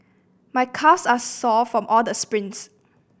my calves are sore from all the sprints